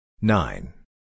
Nine